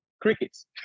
crickets